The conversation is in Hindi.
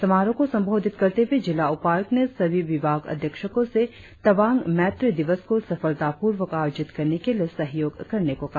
समारोह को संबोधित करते हुए जिला उपायुक्त ने सभी विभागाध्यक्षको से तवांग मैत्री दिवस को सफलतापूर्वक आयोजित करने के लिए सहयोग करने को कहा